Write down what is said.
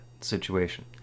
situation